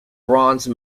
bronze